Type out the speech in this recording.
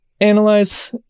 analyze